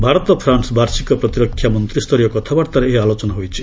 Bharat France ବାର୍ଷିକ ପ୍ରତିରକ୍ଷା ମନ୍ତ୍ରୀସରୀୟ କଥାବାର୍ତ୍ତାରେ ଏହି ଆଲୋଚନା ହୋଇଛି